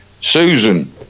susan